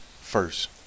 first